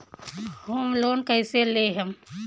Home loan कैसे लेहम?